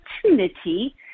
opportunity